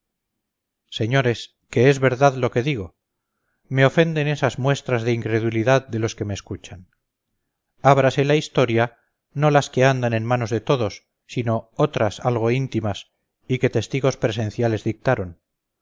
señores que es verdad lo que digo me ofenden esas muestras de incredulidad de los que me escuchan ábrase la historia no las que andan en manos de todos sino otras algo íntimas y que testigos presenciales dictaron